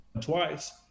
twice